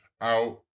out